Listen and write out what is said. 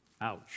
Ouch